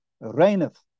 reigneth